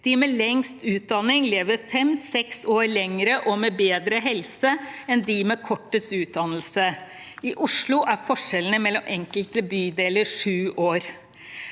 De med lengst utdanning lever fem–seks år lenger og med bedre helse enn de med kortest utdannelse. I Oslo er forskjellene mellom enkelte bydeler sju år.